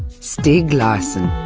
stieg larsson.